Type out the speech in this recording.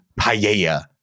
paella